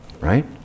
right